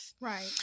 Right